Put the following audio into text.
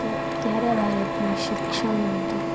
તે અત્યારે ભારતની શિક્ષણ નીતિ